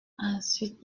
ensuite